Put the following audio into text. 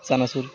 চানাচুর